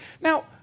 Now